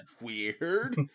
weird